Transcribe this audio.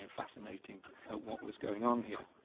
and fascinated at what was going on here.